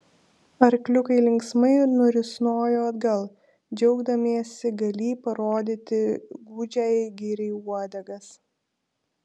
arkliukai linksmai nurisnojo atgal džiaugdamiesi galį parodyti gūdžiajai giriai uodegas